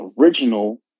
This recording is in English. original